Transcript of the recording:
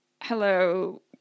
hello